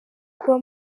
kuba